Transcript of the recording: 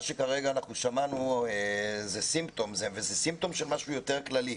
מה שכרגע אנחנו שמענו זה סימפטום של משהו יותר כללי,